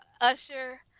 Usher